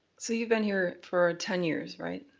so you've been here for ten years, right?